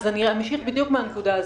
אז אמשיך בדיוק מהנקודה הזאת.